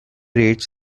rates